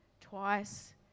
twice